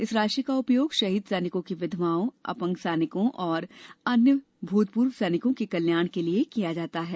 इस राशि का उपयोग शहीद सैनिक की विधवाओं अपंग सैनिकों एवं अन्य भूतपूर्व सैनिकों के कल्याण के लिये किया जाता है